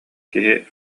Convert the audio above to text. киһи